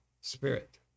Spirit